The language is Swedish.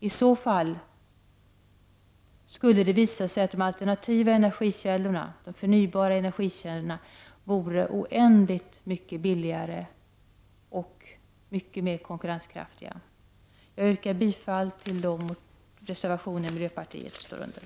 I så fall skulle det visa sig att de alternativa energikällorna, de förnybara energikällorna, vore oändligt mycket billigare och mer konkurrenskraftiga. Jag yrkar bifall till de reservationer där miljöpartiet finns med.